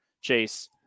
chase